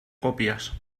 copias